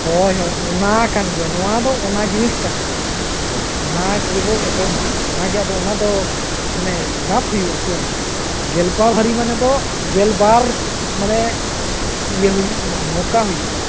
ᱦᱳᱭ ᱦᱳᱭ ᱚᱱᱟ ᱠᱟᱱᱜᱮᱭᱟ ᱱᱚᱣᱟ ᱫᱚ ᱚᱱᱟ ᱡᱤᱱᱤᱥ ᱠᱟᱱ ᱜᱮᱭᱟ ᱚᱱᱟ ᱜᱮᱵᱚ ᱮᱯᱮᱢᱟ ᱚᱱᱟᱜᱮ ᱟᱫᱚ ᱚᱱᱟᱫᱚ ᱢᱟᱱᱮ ᱢᱟᱯ ᱦᱩᱭᱩᱜᱼᱟ ᱥᱮ ᱜᱮᱞᱵᱟᱨ ᱦᱟᱹᱨᱤ ᱢᱟᱱᱮ ᱫᱚ ᱜᱮᱞᱵᱟᱨ ᱢᱟᱱᱮ ᱤᱭᱟᱹ ᱦᱩᱭᱩᱜ ᱢᱟ ᱢᱚᱠᱟ ᱦᱩᱭᱩᱜ ᱢᱟ